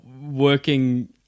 working